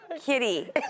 Kitty